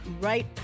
right